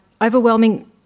overwhelming